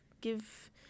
give